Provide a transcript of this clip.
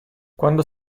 quando